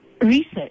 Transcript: research